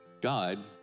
God